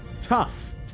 tough